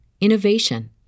innovation